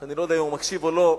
שאני לא יודע אם הוא מקשיב או לא,